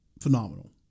phenomenal